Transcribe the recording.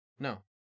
No